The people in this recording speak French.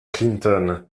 clinton